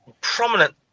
prominent